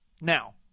Now